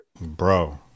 Bro